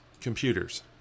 computers